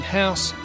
house